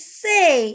say